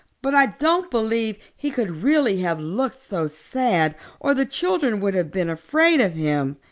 but i don't believe he could really have looked so sad or the children would have been afraid of him.